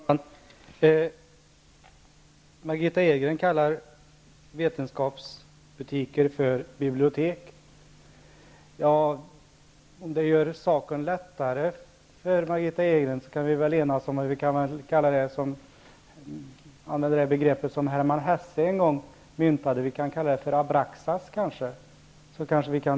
Fru talman! Margitta Edgren kallar vetenskapsbutiker för bibliotek. Om det gör saken lättare för Margitta Edgren, kan vi väl enas om att använda det begrepp som Hermann Hesse en gång myntade: abraxas.